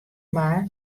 mar